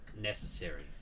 necessary